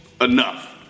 enough